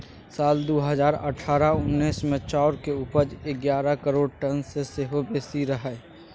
साल दु हजार अठारह उन्नैस मे चाउर केर उपज एगारह करोड़ टन सँ सेहो बेसी रहइ